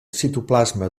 citoplasma